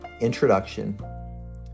introduction